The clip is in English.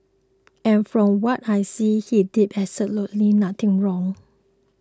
and from what I see he did absolutely nothing wrong